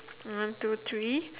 one two three